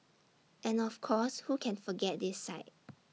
and of course who can forget this sight